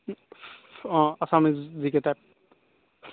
অঁ আছামিজ যিকেইটা